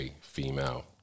female